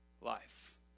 life